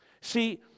See